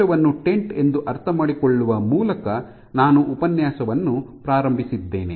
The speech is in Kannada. ಕೋಶವನ್ನು ಟೆಂಟ್ ಎಂದು ಅರ್ಥಮಾಡಿಕೊಳ್ಳುವ ಮೂಲಕ ನಾನು ಉಪನ್ಯಾಸವನ್ನು ಪ್ರಾರಂಭಿಸಿದ್ದೇನೆ